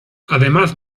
además